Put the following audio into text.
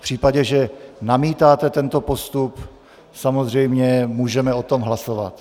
V případě, že namítáte tento postup, samozřejmě můžeme o tom hlasovat.